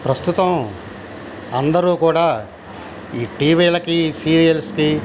ప్రస్తుతం అందరూ కూడా ఈ టీవీలకి ఈ సీరియల్స్కి